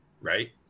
right